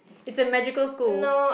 is a magical school